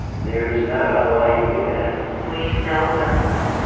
there is no other way you could look at it. will you sell personally?